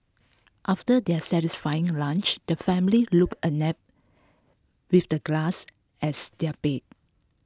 after their satisfying lunch the family look a nap with the grass as their bed